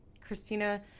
Christina